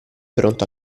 pronto